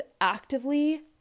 actively